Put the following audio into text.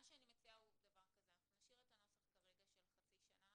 מה שאני מציעה הוא כך: נשאיר את הנוסח כרגע של חצי שנה,